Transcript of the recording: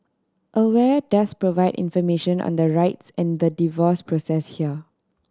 aware does provide information on the rights and the divorce process here